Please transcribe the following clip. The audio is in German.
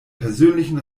persönlichen